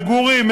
מגורים,